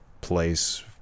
place